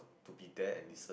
to be there and listen